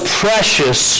precious